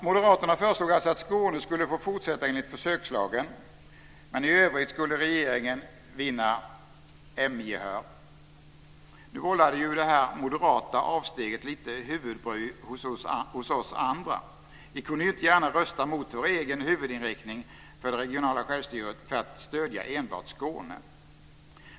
Moderaterna föreslog alltså att Skåne skulle få fortsätta enligt försökslagen, men i övrigt skulle regeringen vinna moderaternas gehör. Nu vållade ju det moderata avsteget lite huvudbry hos oss andra; vi kunde ju inte gärna rösta mot vår egen huvudinriktning för det regionala självstyret för att stödja enbart Skåne.